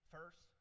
First